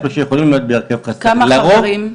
כמה חברים?